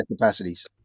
capacities